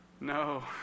No